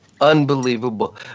unbelievable